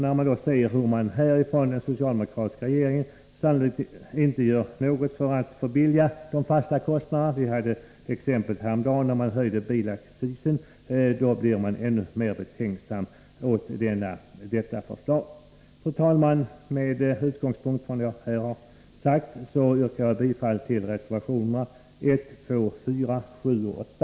När jag dessutom ser hur den socialdemokratiska regeringen agerar — vi hade ett exempel häromdagen då man höjde bilaccisen — blir jag ännu mer betänksam mot detta förslag. Fru talman! med utgångspunkt i det jag här har sagt yrkar jag bifall till reservationerna 1, 2, 4, 7 och 8.